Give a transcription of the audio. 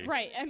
Right